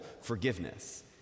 forgiveness